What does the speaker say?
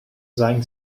زنگ